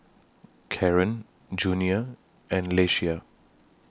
Caron Junia and Leshia